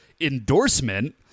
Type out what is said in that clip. endorsement